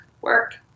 work